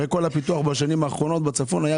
כל הפיתוח בשנים האחרונות בצפון היה